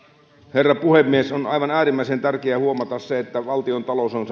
herra puhemies on aivan äärimmäisen tärkeää huomata se että valtiontalous on